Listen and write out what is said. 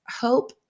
hope